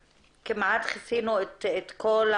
בפועל לא קיבלנו שום מענה בקטע של המעונות - איך לעבוד